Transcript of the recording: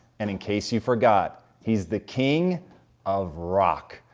and in case you forgot, he's the king of rock.